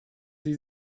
sie